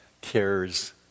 cares